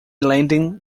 landing